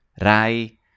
Rai